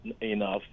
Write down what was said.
enough